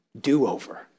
Do-over